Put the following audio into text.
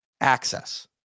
access